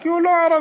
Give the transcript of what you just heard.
כי הוא לא ערבי.